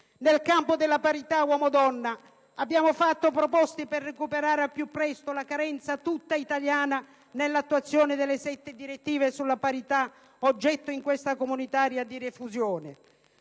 Nel campo della parità uomo donna, abbiamo fatto proposte per recuperare al più presto la carenza tutta italiana nell'attuazione delle sette direttive sulla parità, oggetto in questa comunitaria, di refusione.